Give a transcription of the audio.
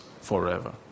forever